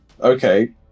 okay